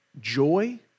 joy